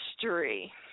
history